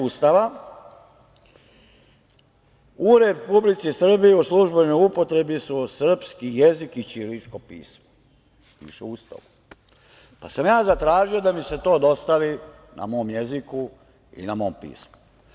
Ustava: „U Republici Srbiji u službenoj upotrebi su srpski jezik i ćiriličko pismo“, zatražio da mi se to dostavi na mom jeziku i na mom pismu.